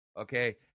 Okay